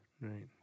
Right